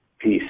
Peace